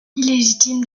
illégitime